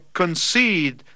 concede